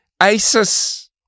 ISIS